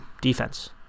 defense